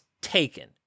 taken